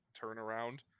turnaround